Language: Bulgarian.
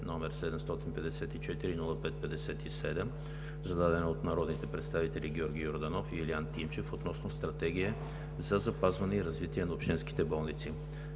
№ 754-05-57, зададено от народните представители Георги Йорданов и Илиян Тимчев, относно Стратегия за запазване и развитие на общинските болници.